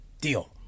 deal